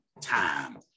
time